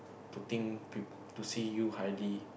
to think to see you highly